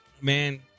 Man